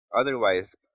Otherwise